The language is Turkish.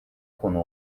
konu